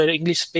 English